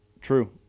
True